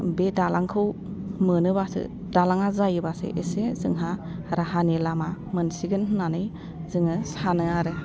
बे दालांखौ मोनोबासो दालाङा जायोबासो एसे जोंहा राहानि लामा मोनसिगोन होन्नानै जोङो सानो आरो